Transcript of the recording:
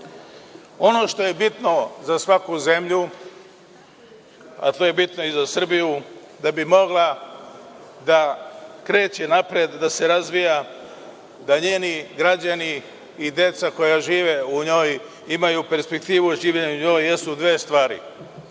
što je bitno za svaku zemlju, a to je bitno i za Srbiju da bi mogla da kreće napred, da se razvija jeste da njeni građani i deca koja žive u njoj imaju perspektivu življenja u njoj, a to su dve stvari.